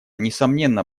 несомненно